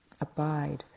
abide